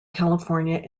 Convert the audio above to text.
california